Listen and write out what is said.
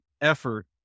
effort